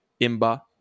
Imba